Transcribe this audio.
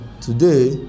today